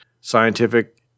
scientific